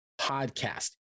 podcast